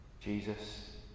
Jesus